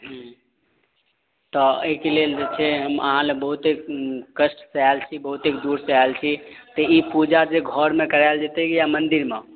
हूँ तऽ एहिके लेल जे छै हम अहाँ लऽ बहुते कष्टसँ आएल छी बहुतेक दूरसँ आएल छी तऽ ई पूजा जे घरमे कराएल जेतै या मन्दिरमे